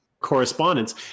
correspondence